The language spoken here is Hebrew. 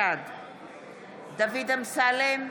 בעד דוד אמסלם,